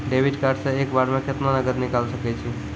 Debit card से एक बार मे केतना नगद निकाल सके छी?